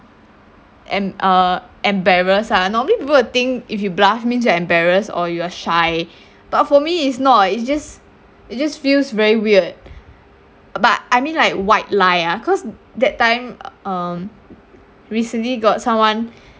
em~ uh embarrass ah normally people will think if you blush means you embarrassed or you are shy but for me it's not eh it's just it's just feels very weird but I mean like white lie ah cause that time uh um recently got someone